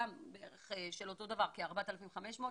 כ-4,500,